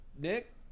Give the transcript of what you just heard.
Nick